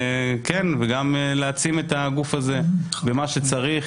וכן, צריך להעצים את הגוף הזה במה שצריך.